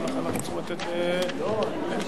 מה אתה